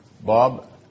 Bob